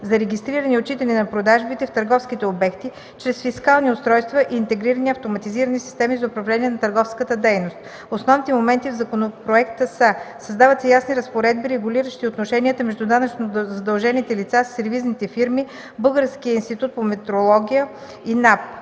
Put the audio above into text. за регистриране и отчитане на продажбите в търговските обекти чрез фискални устройства и интегрирани автоматизирани системи за управление на търговската дейност. Основните моменти в законопроекта са: - създават се ясни разпоредби, регулиращи отношенията между данъчно задължените лица, сервизните фирми, Българския институт по метрология и НАП